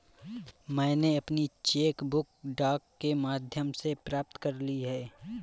मैनें अपनी cheque book डाक के माध्यम से प्राप्त कर ली है